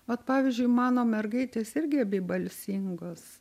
vat pavyzdžiui mano mergaitės irgi abi balsingos